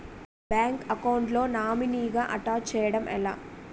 Bank account లో నామినీగా attach చేయడం ఎలా?